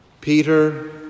Peter